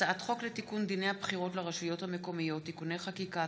הצעת חוק לתיקון דיני הבחירות לרשויות המקומיות (תיקוני חקיקה),